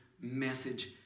message